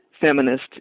feminist